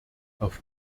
auf